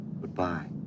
Goodbye